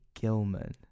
Gilman